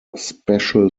special